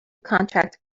contract